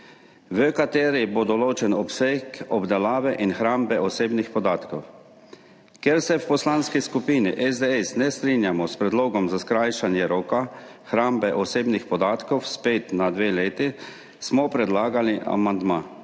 v kateri bo določen obseg obdelave in hrambe osebnih podatkov. Ker se v Poslanski skupini SDS ne strinjamo s predlogom za skrajšanje roka hrambe osebnih podatkov s pet na dve leti, smo predlagali amandma,